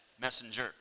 Messenger